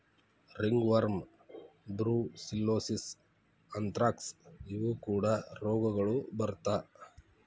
ringworm, brucellosis, anthrax ಇವು ಕೂಡಾ ರೋಗಗಳು ಬರತಾ